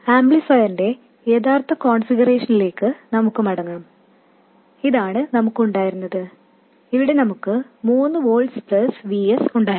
ആംപ്ലിഫയറിന്റെ യഥാർത്ഥ കോൺഫിഗറേഷനിലേക്ക് നമുക്ക് മടങ്ങാം ഇതാണ് നമുക്ക് ഉണ്ടായിരുന്നത് ഇവിടെ നമുക്ക് 3 volts Vs ഉണ്ടായിരുന്നു